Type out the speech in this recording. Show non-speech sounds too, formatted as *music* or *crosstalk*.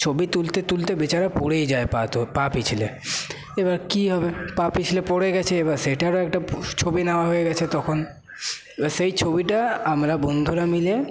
ছবি তুলতে তুলতে বেচারা পড়েই যায় *unintelligible* পা পিছলে এবার কি হবে পা পিছলে পড়ে গেছে এবার সেটারও একটা ছবি নেওয়া হয়ে গেছে তখন এবার সেই ছবিটা আমরা বন্ধুরা মিলে